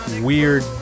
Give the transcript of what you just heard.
weird